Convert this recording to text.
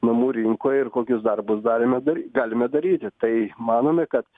namų rinkoje ir kokius darbus darėme dar galime daryti tai manome kad